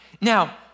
Now